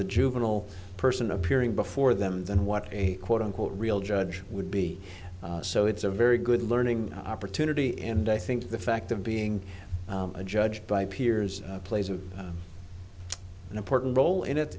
the juvenile person appearing before them than what a quote unquote real judge would be so it's a very good learning opportunity and i think the fact of being a judge by peers plays an important role in it